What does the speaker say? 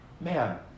man